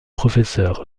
professeurs